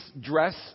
dress